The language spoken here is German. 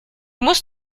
muss